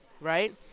Right